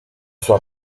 sua